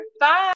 Bye